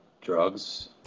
drugs